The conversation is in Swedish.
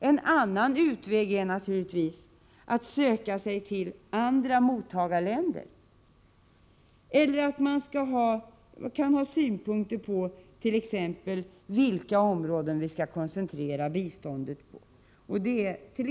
En annan utväg är naturligtvis att söka sig till andra mottagarländer eller att ha synpunkter på t.ex. vilka områden vi skall koncentrera biståndet till.